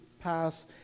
pass